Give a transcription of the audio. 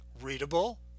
readable